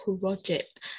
project